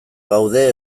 gaude